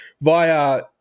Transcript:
via